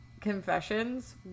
confessions